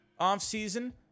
offseason